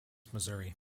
missouri